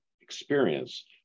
experience